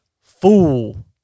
fool